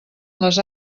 les